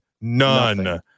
none